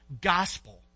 gospel